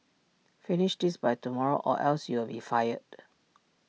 finish this by tomorrow or else you'll be fired